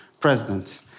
president